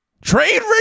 Trade